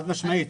חד משמעית.